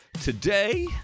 today